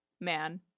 man